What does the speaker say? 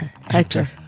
Hector